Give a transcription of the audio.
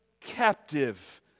captive